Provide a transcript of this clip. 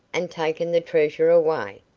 and taken the treasure away.